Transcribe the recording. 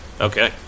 Okay